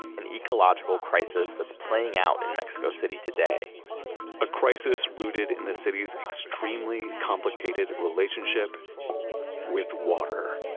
an ecological crisis that's playing out in mexico city today a crisis rooted in the city's extremely complicated relationship with water